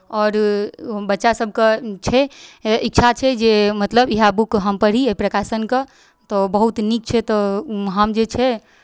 आओर बच्चासभके छै इच्छा छै जे मतलब इएह बुक हम पढ़ी एहि प्रकाशनके तऽ बहुत नीक छै तऽ हम जे छै